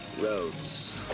roads